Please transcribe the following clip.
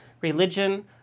religion